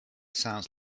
sounds